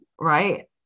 right